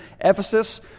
Ephesus